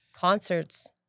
concerts